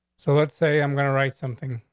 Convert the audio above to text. so let's say i'm going to write something.